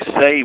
say